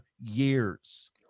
years